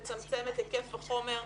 לצמצם את היקף החומר.